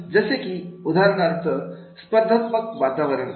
आणि जसे की उदाहरणार्थ स्पर्धात्मक वातावरण